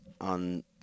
on